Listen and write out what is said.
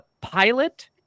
pilot